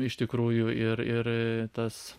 iš tikrųjų ir ir tas